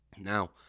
Now